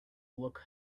look